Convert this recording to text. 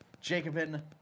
Jacobin